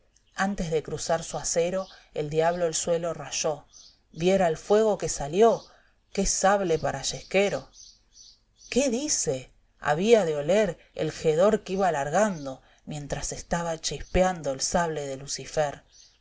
antes de cruzar su acero el diablo el suelo rayó i viera el fuego que salió qué sable para yesquero qué dice había de oler el jedor que iba largando mientras estaba chispeando el sable de lucifer